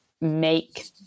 make